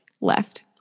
left